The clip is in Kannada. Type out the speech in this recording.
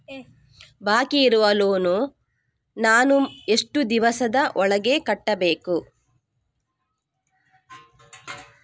ಬಾಕಿ ಇರುವ ಲೋನ್ ನನ್ನ ನಾನು ಎಷ್ಟು ದಿವಸದ ಒಳಗೆ ಕಟ್ಟಬೇಕು?